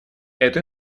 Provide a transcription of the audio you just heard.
эту